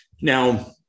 Now